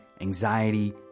anxiety